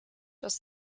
aus